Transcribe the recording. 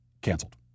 canceled